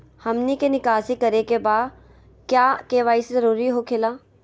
हमनी के निकासी करे के बा क्या के.वाई.सी जरूरी हो खेला?